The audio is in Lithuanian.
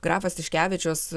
grafas tiškevičius